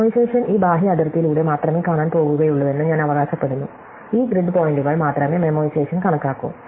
memoization ഈ ബാഹ്യ അതിർത്തിയിലൂടെ മാത്രമേ കാണാൻ പോകുകയുള്ളൂവെന്ന് ഞാൻ അവകാശപ്പെടുന്നു ഈ ഗ്രിഡ് പോയിന്റുകൾ മാത്രമേ മെമ്മോയിസേഷൻ കണക്കാക്കൂ